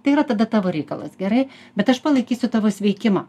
tai yra tada tavo reikalas gerai bet aš palaikysiu tavo sveikimą